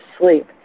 sleep